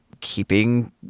keeping